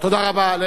תודה רבה.